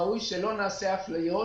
ראוי שלא נעשה אפליות.